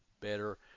better